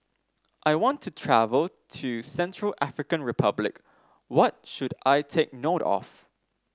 I want to travel to Central African Republic what should I take note of